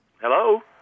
hello